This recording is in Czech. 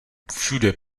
všude